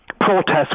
protests